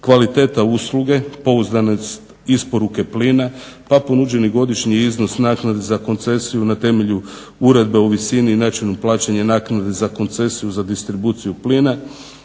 kvaliteta usluge, pouzdanost isporuke plina pa ponuđeni godišnji iznos naknade za koncesiju na temelju uredbe o visini i načinu plaćanja naknade za koncesiju za distribuciju plina,